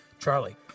Charlie